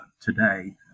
today